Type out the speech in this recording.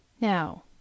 Now—